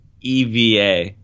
EVA